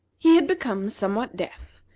he had become somewhat deaf,